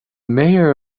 mayor